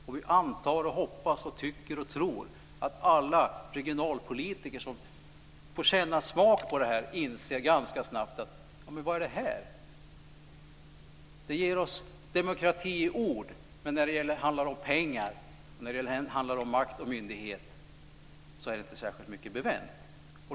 Och vi antar, hoppas, tycker och tror att alla regionalpolitiker som får smak på det här inser ganska snabbt att detta ger demokrati i ord, men när det handlar om pengar, makt och myndighet så är det inte särskilt mycket bevänt med det.